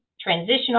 transitional